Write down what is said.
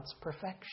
perfection